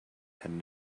had